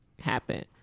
happen